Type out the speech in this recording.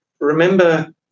remember